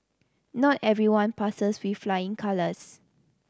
not everyone passes with flying colours